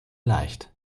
leicht